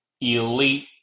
elite